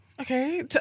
Okay